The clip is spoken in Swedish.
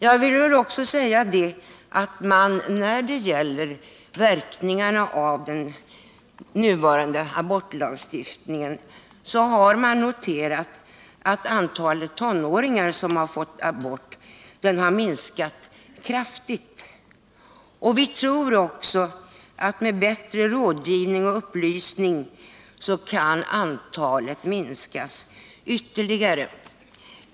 Jag vill också när det gäller verkningarna av den nuvarande abortlagstiftningen säga att man har noterat att antalet tonåringar som fått abort har minskat kraftigt. Vi tror att med bättre rådgivning och upplysning kan antalet minskas ytterligare.